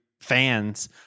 fans